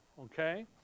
Okay